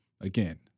again